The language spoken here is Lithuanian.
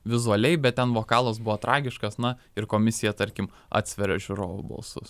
vizualiai bet ten vokalas buvo tragiškas na ir komisija tarkim atsveria žiūrovų balsus